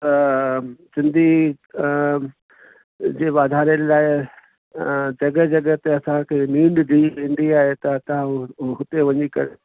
सिंधी जे वधारे लाइ जॻहि जॻहि ते असांखे नींड ॾेई वेंदी आहे त असां हुते वञी करे